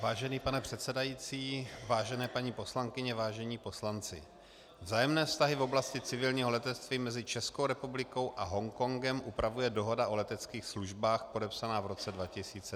Vážený pane předsedající, vážené paní poslankyně, vážení poslanci, vzájemné vztahy v oblasti civilního letectví mezi Českou republikou a Hongkongem upravuje dohoda o leteckých službách podepsaná v roce 2002.